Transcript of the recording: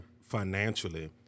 financially